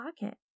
pocket